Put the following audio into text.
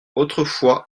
autrefois